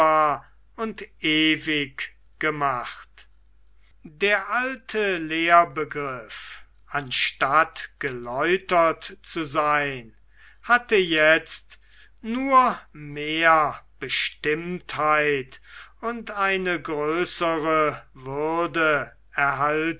und ewig gemacht der alte lehrbegriff anstatt geläutert zu sein hatte jetzt nur mehr bestimmtheit und eine größere würde erhalten